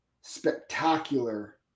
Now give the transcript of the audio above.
spectacular